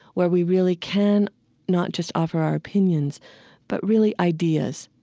where we really can not just offer our opinions but really ideas.